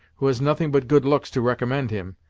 who has nothing but good looks to recommend him,